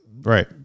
right